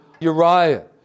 Uriah